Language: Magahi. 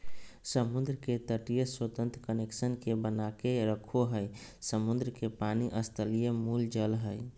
समुद्र के तटीय स्वतंत्र कनेक्शन के बनाके रखो हइ, समुद्र के पानी स्थलीय मूल जल हइ